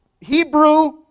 Hebrew